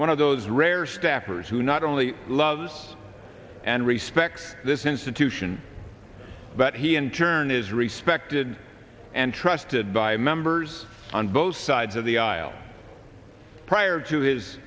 one of those rare staffers who not only loves and respects this institution but he in turn is respected and trusted by members on both sides of the aisle prior to his